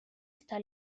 está